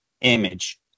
image